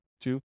Two